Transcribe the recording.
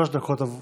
שלוש דקות.